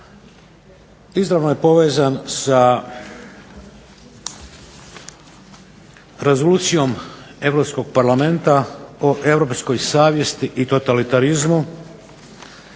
izravno je povezan sa rezolucijom Europskog Parlamenta o europskoj savjesti i totalitarizmu,